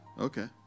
Okay